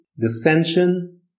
dissension